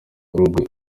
rugwe